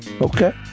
Okay